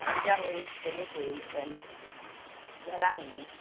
தஞ்சாவூரில் பெரிய கோயில் பேமஸ் வேளாங்கண்ணி